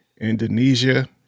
Indonesia